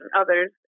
others